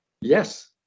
Yes